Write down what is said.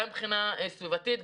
גם מבחינה סביבתית,